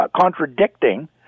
contradicting